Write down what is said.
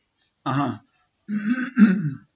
(uh huh)